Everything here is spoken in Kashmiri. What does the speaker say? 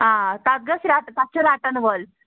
آ تَتھ گٔژھ رَٹہِ تَتھ چھِ رَٹَن وٲلۍ